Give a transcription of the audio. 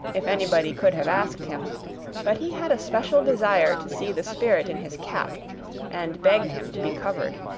if anybody could have asked him but he had a special desire to see the spirit in his cap and begged him to be covered.